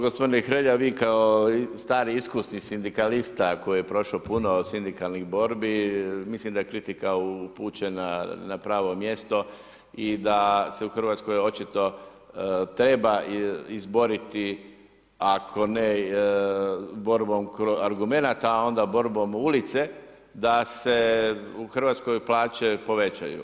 Gospodine Hrelja vi kao stari, iskusni sindikalista koji je prošao puno sindikalnih borbi, mislim da je kritika upućena na pravo mjesto i da se u Hrvatskoj očito treba izboriti, ako ne borbom argumenata, onda borbom ulice, da se u Hrvatskoj plaće povećaju.